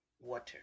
water